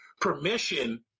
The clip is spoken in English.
permission